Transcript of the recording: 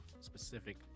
specific